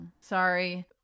Sorry